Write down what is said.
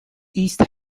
east